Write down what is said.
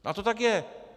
A to tak je.